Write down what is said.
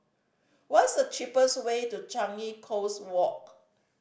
what's the cheapest way to Changi Coast Walk